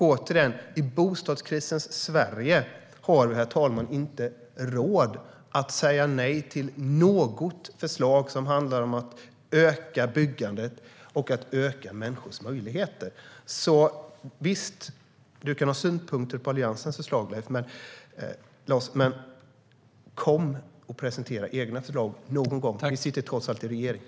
Återigen: I bostadskrisens Sverige har vi, herr talman, inte råd att säga nej till något förslag som handlar om att öka byggandet och människors möjligheter. Visst kan du ha synpunkter på Alliansens förslag, Lars, men kom och presentera egna förslag någon gång! Ni sitter trots allt i regeringen.